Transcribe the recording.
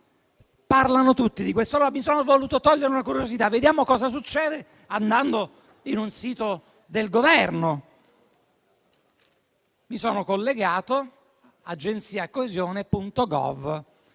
Parlano tutti di questo. Mi sono voluto togliere una curiosità. Vediamo cosa succede andando su un sito del Governo. Mi sono collegato con il sito